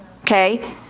okay